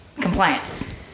compliance